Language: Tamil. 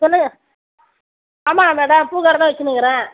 சொல்லுங்கள் ஆமாங்க மேடம் பூக்கடை தான் வச்சுன்னு இருக்கிறேன்